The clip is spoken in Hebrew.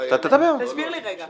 תסביר לי רגע,